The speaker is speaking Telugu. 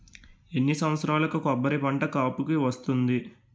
ఎన్ని సంవత్సరాలకు కొబ్బరి పంట కాపుకి వస్తుంది?